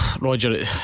Roger